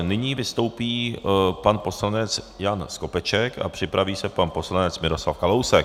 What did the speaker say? Nyní vystoupí pan poslanec Jan Skopeček a připraví se pan poslanec Miroslav Kalousek.